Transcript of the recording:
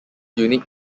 unique